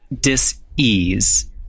dis-ease